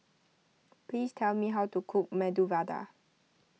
please tell me how to cook Medu Vada